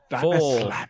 four